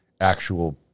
actual